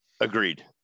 Agreed